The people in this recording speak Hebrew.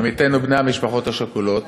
עמיתינו בני המשפחות השכולות,